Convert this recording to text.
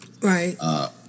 right